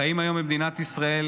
חיים היום במדינת ישראל